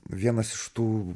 vienas iš tų